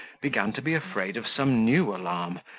began to be afraid of some new alarm,